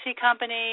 company